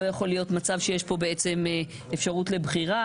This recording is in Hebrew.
לא יכול להיות מצב שיש פה בעצם אפשרות לבחירה,